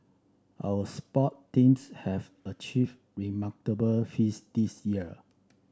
our sport teams have achieved remarkable feats this year